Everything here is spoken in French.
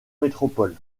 métropole